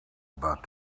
about